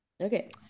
Okay